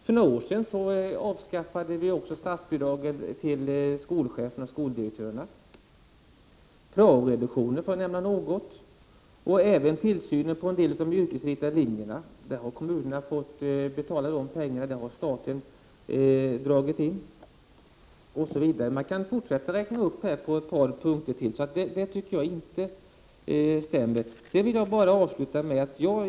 För några år sedan avskaffade vi också statsbidragen till skolcheferna och skoldirektörerna. Det har också skett en reduktion inom prao-verksamheten, och även när det gäller tillsynen av eleverna på en del av de yrkesinriktade linjerna. De pengarna har kommunerna fått betala, och där har staten dragit in osv. Jag kan fortsätta att räkna upp ett par punkter till, och jag tycker inte att det statsrådet säger stämmer.